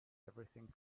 everything